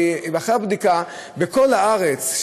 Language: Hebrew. ואחרי בדיקה בכל הארץ,